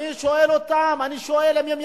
אתה עכשיו דואג להם?